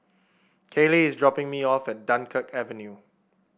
Kaylie is dropping me off at Dunkirk Avenue